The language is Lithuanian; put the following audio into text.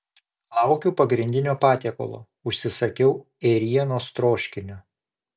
laukiu pagrindinio patiekalo užsisakiau ėrienos troškinio